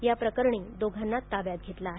याप्रकरणी दोघांना ताब्यात घेतलं आहे